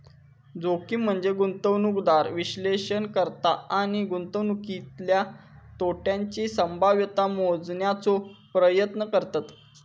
जोखीम म्हनजे गुंतवणूकदार विश्लेषण करता आणि गुंतवणुकीतल्या तोट्याची संभाव्यता मोजण्याचो प्रयत्न करतत